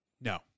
No